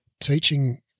teaching